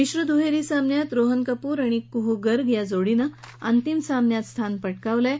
मिश्र दुहेरी सामन्यात रोहन कपूर आणि कुह गर्ग या जोडीनं अंतिम सामन्यात स्थान पटकावलं आहे